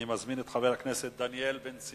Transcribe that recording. אני מזמין את חבר הכנסת דניאל בן-סימון.